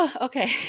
okay